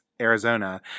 arizona